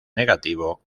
negativo